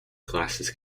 classes